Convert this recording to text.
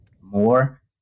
more